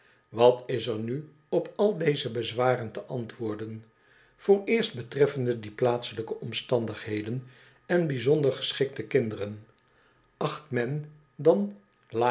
wat is er nu op al deze bezwaren te antwoorden vooreerst betreffende die plaatselijke omstandigheden en bijzonder geschikte kinderen acht men dan